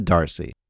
Darcy